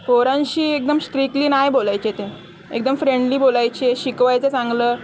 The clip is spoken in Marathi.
पोरांशी एकदम स्ट्रिकली नाही बोलायचे ते एकदम फ्रेंडली बोलायचे शिकवायचं चांगलं